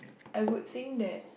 I would think that